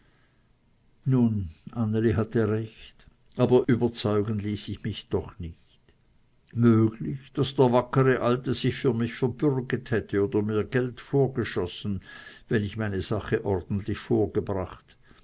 nun anneli hatte recht aber überzeugen ließ ich mich doch nicht möglich daß der wackere alte sich für mich verbürget hätte oder mir geld vorgeschossen wenn ich meine sache ordentlich vorgebracht